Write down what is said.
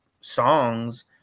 songs